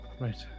right